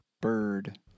Bird